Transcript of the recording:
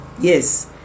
yes